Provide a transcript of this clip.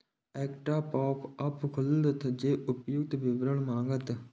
एकटा पॉपअप खुलत जे उपर्युक्त विवरण मांगत